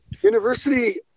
University